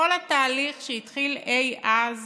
כל התהליך שהתחיל אי אז